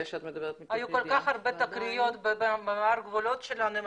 היו כל כך הרבה תקריות במעבר הגבולות שלנו עם